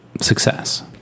success